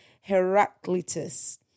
Heraclitus